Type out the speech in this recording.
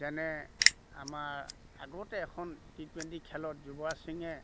যেনে আমাৰ আগতে এখন টি টুৱেণ্টি খেলত যুৱৰাজ সিঙে